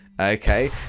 Okay